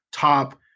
top